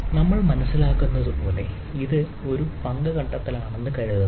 നമ്മൾ മനസിലാക്കുന്നതുപോലെ അത് ഒരു പങ്ക് കണ്ടെത്തൽ ആണെന്ന് കരുതുന്നു